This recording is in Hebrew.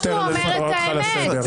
אלעזר שטרן, אני קורא אותך לסדר.